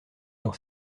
dans